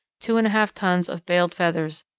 two and a half tons of baled feathers,